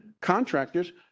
contractors